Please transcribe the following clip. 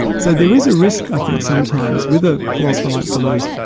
so there is a risk i think sometimes, with a philosopher like deleuze,